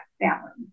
balance